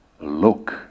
look